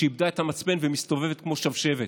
שאיבדה את המצפן ומסתובבת כמו שבשבת.